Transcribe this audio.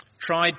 tried